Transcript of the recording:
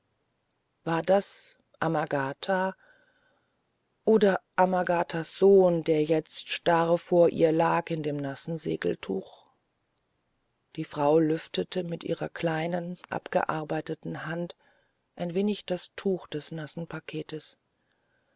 war das amagata oder amagatas sohn der jetzt starr vor ihr lag in dem nassen segeltuch die frau lüftete mit ihrer kleinen abgearbeiteten hand ein wenig das tuch des nassen paketes